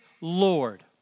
Lord